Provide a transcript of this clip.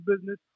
business